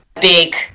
big